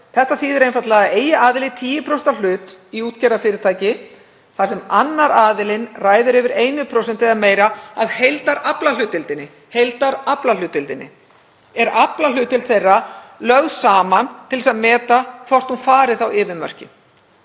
Þetta þýðir að eigi aðili 10% hlut í útgerðarfyrirtæki þar sem annar aðilinn ræður yfir 1% eða meira af heildaraflahlutdeild er aflahlutdeild þeirra lögð saman til þess að meta hvort hún fari yfir mörkin.